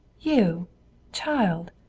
you child!